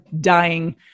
dying